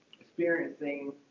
experiencing